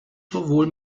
sowohl